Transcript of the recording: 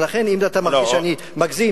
ולכן אם אתה מרגיש שאני מגזים,